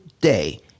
day